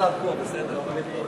פה בפעם